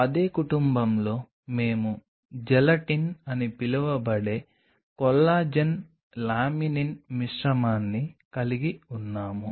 అదే కుటుంబంలో మేము జెలటిన్ అని పిలువబడే కొల్లాజెన్ లామినిన్ మిశ్రమాన్ని కలిగి ఉన్నాము